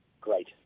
great